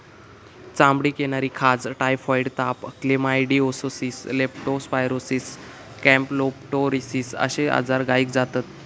चामडीक येणारी खाज, टायफॉइड ताप, क्लेमायडीओसिस, लेप्टो स्पायरोसिस, कॅम्पलोबेक्टोरोसिस अश्ये आजार गायीक जातत